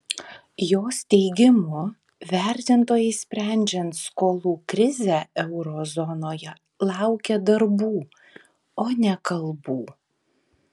jos teigimu vertintojai sprendžiant skolų krizę euro zonoje laukia darbų o ne kalbų